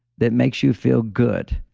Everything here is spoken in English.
that makes you feel good,